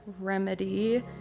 remedy